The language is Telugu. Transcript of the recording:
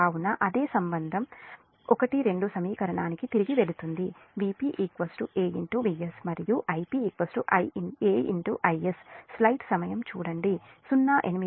కాబట్టి అదే సంబంధం 12 సమీకరణానికి తిరిగి వెళుతుంది Vp A Vs మరియు Ip A Is